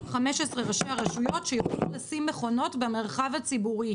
15 ראשי הרשויות שיוכלו לשים מכונות במרחב הציבורי.